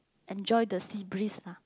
enjoy the sea breeze lah